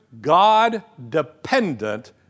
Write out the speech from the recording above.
God-dependent